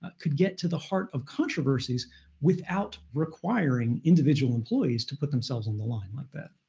ah could get to the heart of controversies without requiring individual employees to put themselves on the line like that.